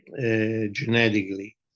genetically